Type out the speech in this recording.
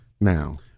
now